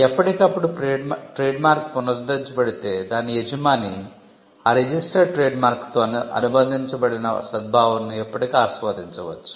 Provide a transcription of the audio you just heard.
ఎప్పటికప్పుడు ట్రేడ్మార్క్ పునరుద్ధరించబడితే దాని యజమాని ఆ రిజిస్టర్డ్ ట్రేడ్మార్క్ తో అనుబంధించబడిన సద్భావనను ఎప్పటికీ ఆస్వాదించవచ్చు